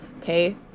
Okay